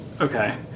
Okay